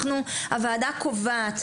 אנחנו הוועדה קובעת,